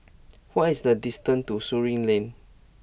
what is the distance to Surin Lane